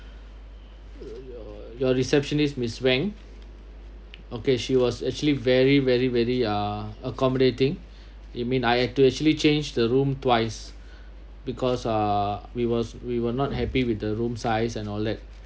your receptionist miss wang okay she was actually very very very uh accommodating it mean I have to actually change the room twice because uh we was we were not happy with the room size and all that